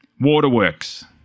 Waterworks